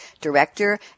Director